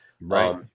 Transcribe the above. right